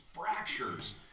fractures